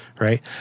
right